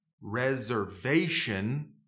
reservation